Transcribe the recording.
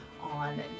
on